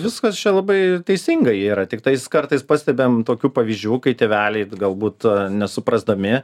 viskas čia labai teisinga yra tiktais kartais pastebim tokių pavyzdžių kai tėveliai galbūt to nesuprasdami